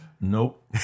Nope